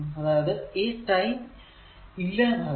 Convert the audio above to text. അതായതു ഈ ടെം ഇല്ലാതാകുന്നു